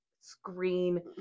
screen